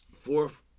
fourth